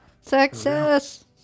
Success